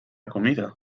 comida